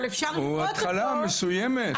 הוא התחלה מסוימת.